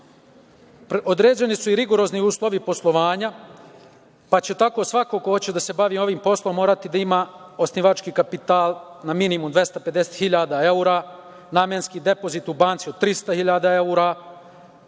određeni su i rigorozni uslovi postojanja, pa će tako svako ko hoće da se bavi ovim poslom morati da ima osnivački kapital na minimum 250.000 evra, namenski depozit u banci od 300.000 evra,